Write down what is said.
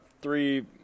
three